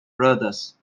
brothers